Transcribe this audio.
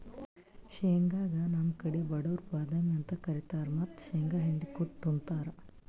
ಶೇಂಗಾಗ್ ನಮ್ ಕಡಿ ಬಡವ್ರ್ ಬಾದಾಮಿ ಅಂತ್ ಕರಿತಾರ್ ಮತ್ತ್ ಶೇಂಗಾ ಹಿಂಡಿ ಕುಟ್ಟ್ ಉಂತಾರ್